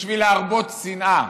בשביל להרבות שנאה.